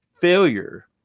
failure